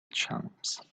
chumps